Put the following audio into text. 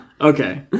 Okay